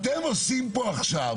אתם עושים פה עכשיו